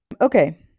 okay